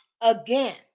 Again